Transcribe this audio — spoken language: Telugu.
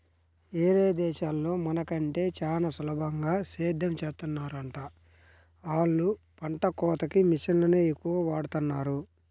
యేరే దేశాల్లో మన కంటే చానా సులభంగా సేద్దెం చేత్తన్నారంట, ఆళ్ళు పంట కోతకి మిషన్లనే ఎక్కువగా వాడతన్నారు